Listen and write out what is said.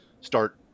Start